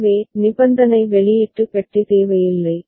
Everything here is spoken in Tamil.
எனவே நிபந்தனை வெளியீட்டு பெட்டி தேவையில்லை